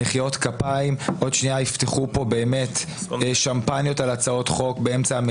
מחיאות כפיים באמצע המליאה ועוד שנייה יפתחו כאן שמפניות על הצעות חוק.